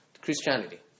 Christianity